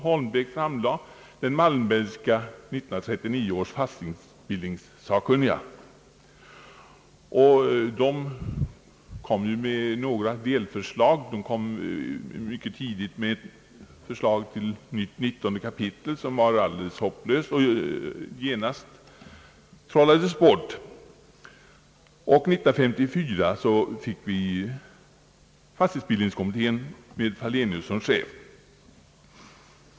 Holmbäck väckte tillsattes 1939 års fastighetsbildningssakkunniga, vilka endast lade fram några delförslag. Mycket tidigt kom ett förslag till nytt 19 kap., ett förslag som dock var alldeles hopplöst och genast trollades bort. 1954 fick vi fastighetsbildningskommittén med Fallenius som ordförande.